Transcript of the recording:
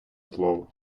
слово